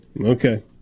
Okay